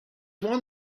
one